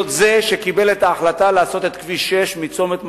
להיות זה שקיבל את ההחלטה לעשות את כביש 6 מצומת מסמיה,